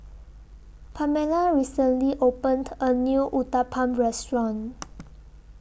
Pamella recently opened A New Uthapam Restaurant